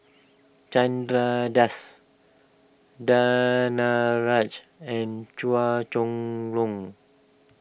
Chandra Das Danaraj and Chua Chong Long